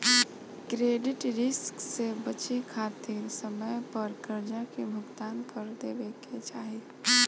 credit risk से बचे खातिर समय पर करजा के भुगतान कर देवे के चाही